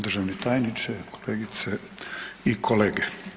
Državni tajniče, kolegice i kolege.